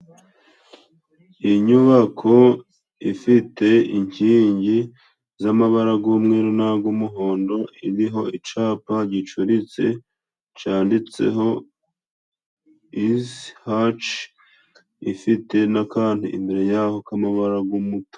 Iyi nyubako ifite inkingi z'amabara g'umweru n'ag'umuhondo iriho icyapa gicuritse cyanditseho izhuch ifite n'akantu imbere y'aho k'amabara g'umuto.